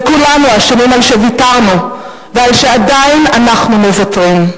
וכולנו אשמים בכך שוויתרנו ושעדיין אנחנו מוותרים.